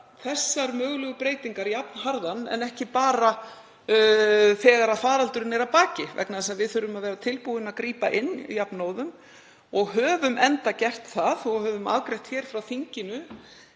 þessar mögulegu breytingar jafnharðan en ekki bara þegar faraldurinn er að baki, vegna þess að við þurfum að vera tilbúin að grípa inn jafnóðum og höfum enda gert það og höfum afgreitt hér frá þinginu